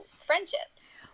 friendships